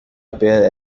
appear